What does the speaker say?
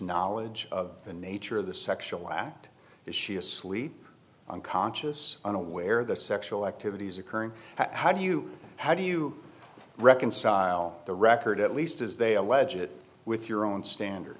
knowledge of the nature of the sexual act is she asleep unconscious unaware of the sexual activities occurring how do you how do you reconcile the record at least as they allege it with your own standard